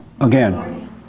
again